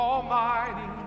Almighty